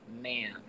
man